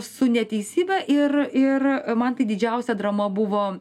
su neteisybe ir ir man tai didžiausia drama buvo